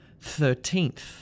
Thirteenth